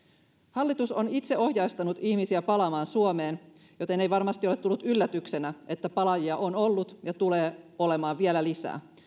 hallitus on itse ohjeistanut ihmisiä palaamaan suomeen joten ei varmasti ole tullut yllätyksenä että palaajia on ollut ja tulee olemaan vielä lisää